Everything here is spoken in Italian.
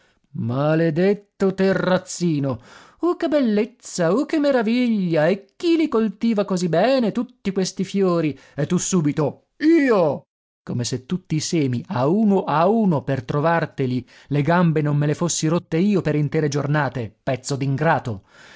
maledetto terrazzino uh che bellezza uh che meraviglia e chi li coltiva così bene tutti questi fiori e tu subito io come se tutti i semi a uno a uno per trovarteli le gambe non me le fossi rotte io per intere giornate pezzo d'ingrato